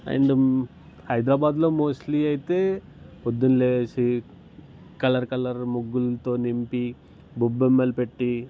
and హైదరాబాద్లో mostly అయితే పొద్దున్న లేచి కలర్ కలర్ ముగ్గులతో నింపి గొబ్బెమ్మలు పెట్టి